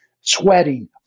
sweating